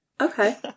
okay